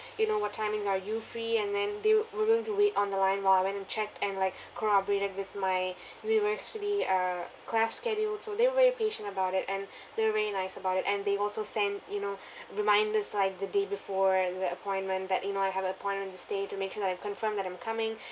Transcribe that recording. you know what timings are you free and then they were willing to wait on the line while I went and check and like cooperated with my university uh class schedule so they were very patient about it and they were very nice about it and they also send you know reminders like the day before the appointment that you know I have appointment this day to make sure that I confirm that I'm coming